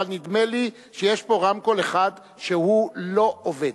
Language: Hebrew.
אבל נדמה לי שיש פה רמקול אחד שלא עובד.